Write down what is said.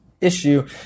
issue